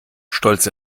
stolz